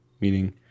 meaning